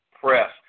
press